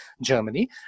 Germany